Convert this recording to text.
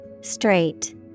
Straight